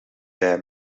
bij